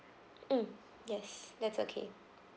mm yes that's okay